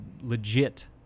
legit